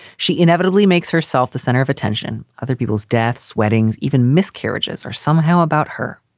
she inevitably makes herself the center of attention. other people's deaths, weddings, even miscarriages are somehow about her.